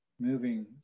moving